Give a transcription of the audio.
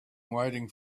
waiting